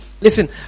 Listen